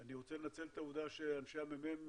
אני רוצה לנצל את העובדה שאנשי הממ"מ,